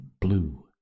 blue